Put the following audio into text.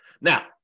now